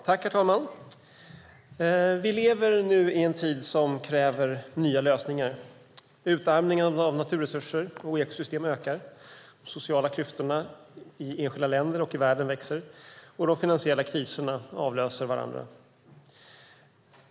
Herr talman! Vi lever i en tid som kräver nya lösningar. Utarmningen av naturresurser och ekosystem ökar, de sociala klyftorna i enskilda länder och i världen växer och de finansiella kriserna avlöser varandra.